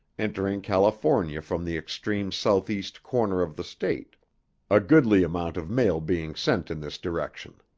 entering california from the extreme southeast corner of the state a goodly amount of mail being sent in this direction.